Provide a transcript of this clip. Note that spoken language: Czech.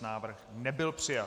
Návrh nebyl přijat.